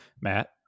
Matt